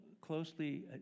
closely